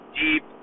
deep